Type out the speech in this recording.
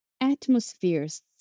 atmospheres